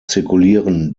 zirkulieren